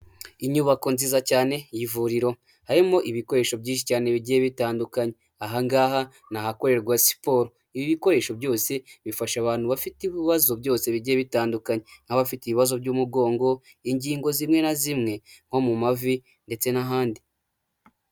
Inyubako nziza cyane y'ivuriro, harimo ibikoresho byinshi cyane bigiye bitandukanye. Aha ngaha ni ahakorerwa siporo. Ibi bikoresho byose bifasha abantu bafite ibibazo byose bigiye bitandukanye, nk'abafite ibibazo by'umugongo, ingingo zimwe na zimwe nko mu mavi, ndetse n'ahandi.